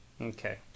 okay